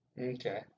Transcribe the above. Okay